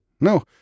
No